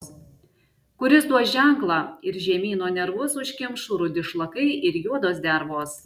kuris duos ženklą ir žemyno nervus užkimš rudi šlakai ir juodos dervos